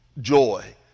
joy